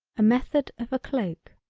a method of a cloak.